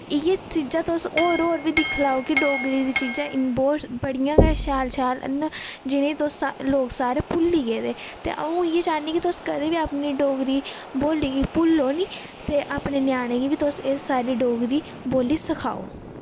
इ'यै चीजां तुस होर होर बी दिक्खी लैओ कि डोगरी दी चीजां बहुत बड़ियां गै शैल शैल न जि'नेई तुस सारे लोक सारे भुल्ली गेदे जानदे ते अ'उं इ'यै चाह्न्नी कि तुस कदें बी अपनी डोगरी बोल्ली गी भुल्लो निं ते अपने न्याने गी बी तुस एह् सारी डोगरी बोल्ली सखाओ